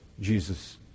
Jesus